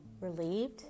relieved